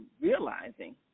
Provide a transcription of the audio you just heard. realizing